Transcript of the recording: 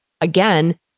again